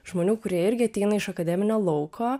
žmonių kurie irgi ateina iš akademinio lauko